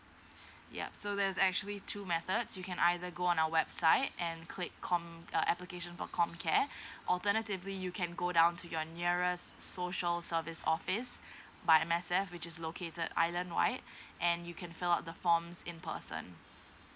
yup so there's actually two methods you can either go on our website and click com uh application dot comcare alternatively you can go down to your nearest social service office by M_S_F which is located islandwide and you can fill out the forms in person